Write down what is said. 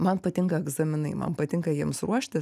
man patinka egzaminai man patinka jiems ruoštis